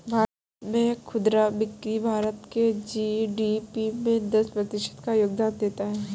भारत में खुदरा बिक्री भारत के जी.डी.पी में दस प्रतिशत का योगदान देता है